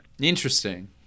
Interesting